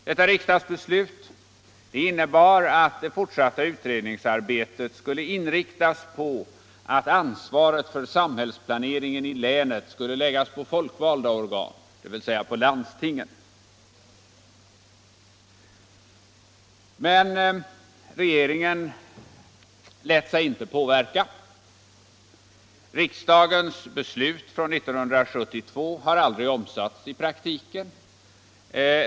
Detta riksdagsbeslut innebar att det fortsatta utredningsarbetet skulle inriktas på att ansvaret för samhällsplaneringen i länen skulle läggas på folkvalda organ, dvs. på landstingen. Men regeringen lät sig inte påverka. Riksdagens beslut från 1972 har aldrig omsatts i praktiken.